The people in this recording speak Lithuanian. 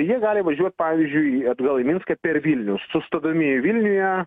jie gali važiuot pavyzdžiui atgal į minską per vilnių sustodami vilniuje